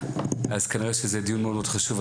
אז כנראה שזה דיון מאוד חשוב.